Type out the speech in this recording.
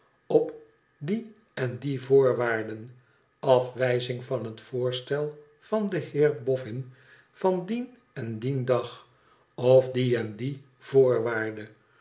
op die en die voorwaarden afwijzing van het voorstel van den heer boffin van dien en dien dag of die en die voorwaarde